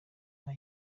nta